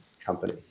company